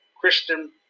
Christian